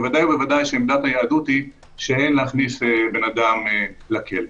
בוודאי ובוודאי שעמדת היהדות היא שאין להכניס בן אדם לכלא.